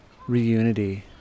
Reunity